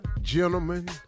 gentlemen